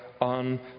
on